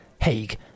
Haig